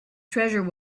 treasure